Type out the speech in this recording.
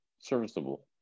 serviceable